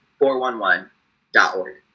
411.org